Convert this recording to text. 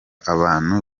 abantu